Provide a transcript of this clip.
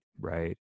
right